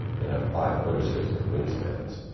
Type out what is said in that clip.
they have five foot or six foot wingspans.